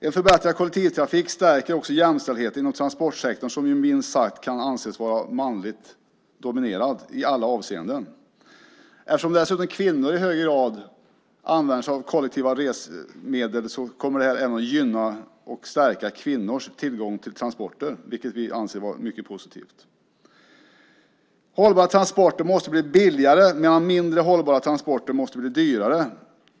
En förbättrad kollektivtrafik stärker också jämställdheten inom transportsektorn som i alla avseenden minst sagt kan anses vara manligt dominerad. Eftersom kvinnor i högre grad dessutom använder sig av kollektiva färdmedel kommer detta även att gynna och stärka kvinnors tillgång till transporter, vilket vi anser vara mycket positivt. Hållbara transporter måste bli billigare, medan mindre hållbara transporter måste bli dyrare.